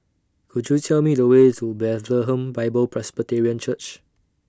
Could YOU Tell Me The Way to Bethlehem Bible Presbyterian Church